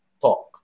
talk